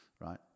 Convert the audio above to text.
right